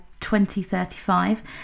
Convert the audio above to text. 2035